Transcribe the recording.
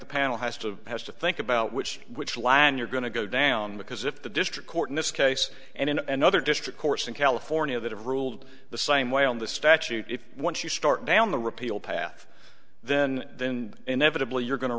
the panel has to has to think about which which land you're going to go down because if the district court in this case and in another district court in california that have ruled the same way on the statute if once you start down the repeal path then then inevitably you're going to